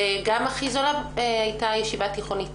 וגם הכי זולה הייתה ישיבה תיכונית